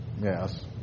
Yes